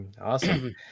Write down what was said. awesome